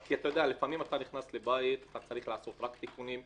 לפעמים אתה נכנס לבית, אתה צריך לעשות תיקונים.